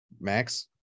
max